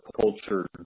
culture